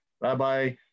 Rabbi